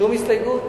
שום הסתייגות?